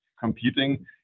competing